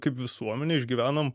kaip visuomenė išgyvenom